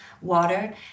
water